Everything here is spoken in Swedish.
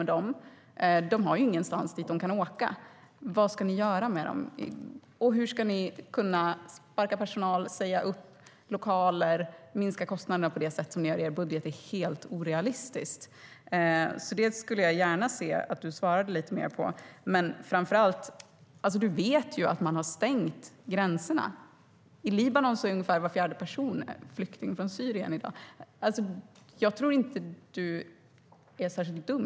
De har ingenstans att åka. Hur ska ni kunna sparka personal, säga upp lokaler och minska kostnaderna på det sätt som ni har i er budget? Det är helt orealistiskt, och jag skulle gärna se att Markus Wiechel svarade lite utförligare på det. Jag tror inte att du, Markus Wiechel, är särskilt dum.